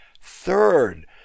Third